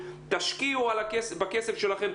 תשקיעו את הכסף שלכם,